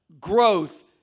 Growth